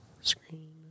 Screen